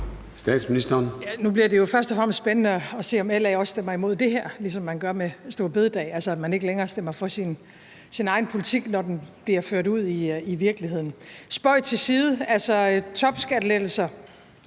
Nu bliver det jo først og fremmest spændende at se, om LA også stemmer imod det her, ligesom man gør med store bededag, altså at man ikke længere stemmer for sin egen politik, når den bliver ført ud i virkeligheden. Spøg til side. Altså, topskattelettelser